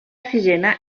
sisena